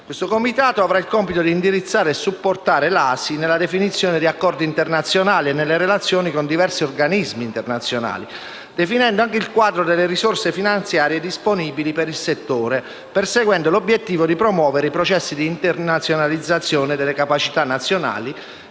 Il Comitato avrà il compito di indirizzare e supportare l'Agenzia spaziale italiana nella definizione di accordi internazionali e nelle relazioni con i diversi organismi internazionali, definendo anche il quadro delle risorse finanziarie disponibili per il settore, perseguendo l'obiettivo di promuovere i processi di internazionalizzazione delle capacità nazionali